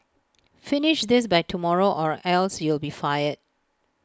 finish this by tomorrow or else you'll be fired